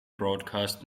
broadcast